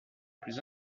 plus